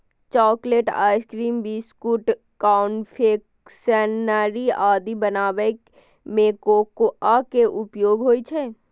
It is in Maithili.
चॉकलेट, आइसक्रीम, बिस्कुट, कन्फेक्शनरी आदि बनाबै मे कोकोआ के उपयोग होइ छै